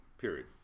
period